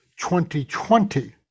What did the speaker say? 2020